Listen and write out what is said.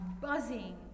buzzing